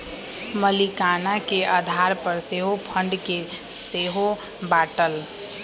मलीकाना के आधार पर सेहो फंड के सेहो बाटल